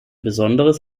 besonderes